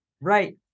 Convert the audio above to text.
right